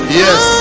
yes